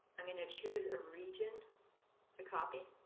i'm going to choose a region to copy,